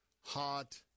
hot